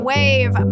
Wave